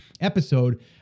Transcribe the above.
episode